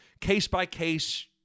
case-by-case